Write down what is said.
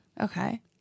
Okay